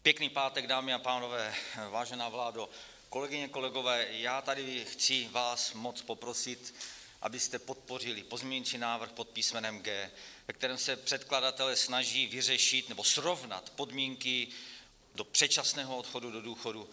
Pěkný pátek, dámy a pánové, vážená vládo, kolegyně, kolegové, já vás tady chci moc poprosit, abyste podpořili pozměňovací návrh pod písmenem G, ve kterém se předkladatelé snaží vyřešit nebo srovnat podmínky do předčasného odchodu do důchodu.